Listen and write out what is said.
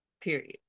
period